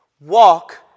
Walk